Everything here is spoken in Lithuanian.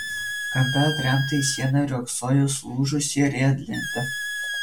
kampe atremta į sieną riogsojo sulūžusi riedlentė